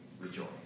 rejoice